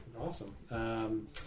Awesome